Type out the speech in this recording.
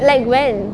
like when